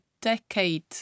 decade